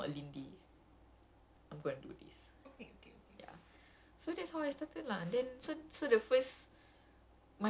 and then phase two then aku was like okay if I were to do a dance class that is not a lindy I'm gonna do this